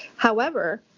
however,